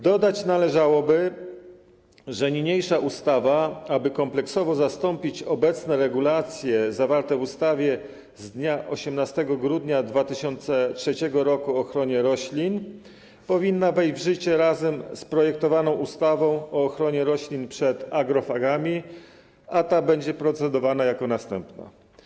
Dodać należałoby, że niniejsza ustawa, aby kompleksowo zastąpić obecne regulacje zawarte w ustawie z dnia 18 grudnia 2003 r. o ochronie roślin, powinna wejść w życie razem z projektowaną ustawą o ochronie roślin przed agrofagami, a ta będzie procedowana jako następna.